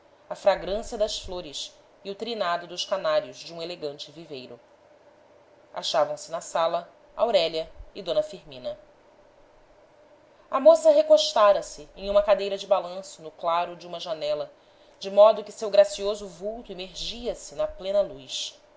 a fragrância das flores e o trinado dos canários de um elegante viveiro achavam-se na sala aurélia e d firmina a moça recostara se em uma cadeira de balanço no claro de uma janela de modo que seu gracioso vulto imergia se na plena luz